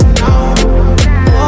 now